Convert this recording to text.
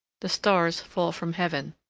the stars fall from heaven,